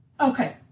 Okay